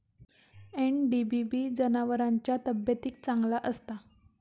NDBB जनावरांच्या तब्येतीक चांगला असता